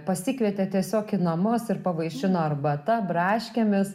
pasikvietė tiesiog į namus ir pavaišino arbata braškėmis